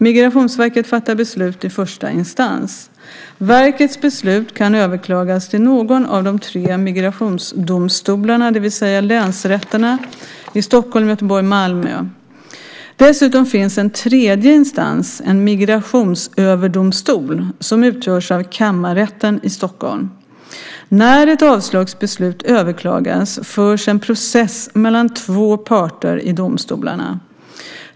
Migrationsverket fattar beslut i första instans. Verkets beslut kan överklagas till någon av de tre migrationsdomstolarna, det vill säga länsrätterna i Stockholm, Göteborg och Malmö. Dessutom finns en tredje instans, en migrationsöverdomstol, som utgörs av Kammarrätten i Stockholm. När ett avslagsbeslut överklagas förs en process mellan två parter i domstolarna.